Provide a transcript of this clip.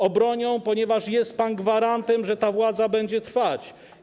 Obronią, ponieważ jest pan gwarantem, że ta władza będzie trwać.